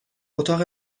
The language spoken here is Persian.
اتاق